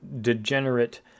degenerate